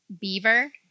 beaver